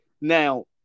Now